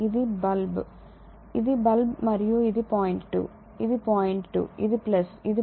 ఇది బల్బు ఇది బల్బు మరియు ఇది పాయింట్ 2 ఇది పాయింట్ 2 ఇది ఇది